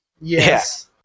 Yes